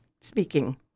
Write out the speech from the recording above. speaking